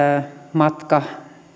matka